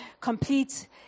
complete